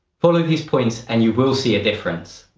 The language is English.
follow these points, and you will see a difference.